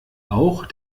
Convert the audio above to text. auch